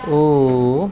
ओ